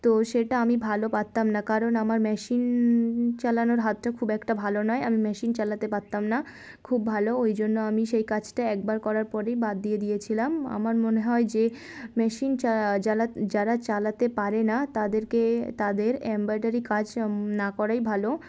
তো সেটা আমি ভালো পারতাম না কারণ আমার মেশিন চালানোর হাতটা খুব একটা ভালো নয় আমি মেশিন চালাতে পারতাম না খুব ভালো ওই জন্য আমি সেই কাজটা একবার করার পরেই বাদ দিয়ে দিয়েছিলাম আমার মনে হয় যে মেশিন চা জ্বালা যারা চালাতে পারে না তাদেরকে তাদের এম্ব্রয়ডারি কাজ না করাই ভালো